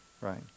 right